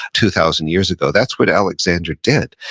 two thousand years ago, that's what alexander did.